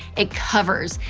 it covers.